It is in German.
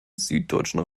süddeutschen